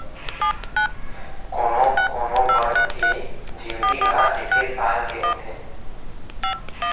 कोनो कोनो बन के जिनगी ह एके साल के होथे